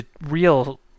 real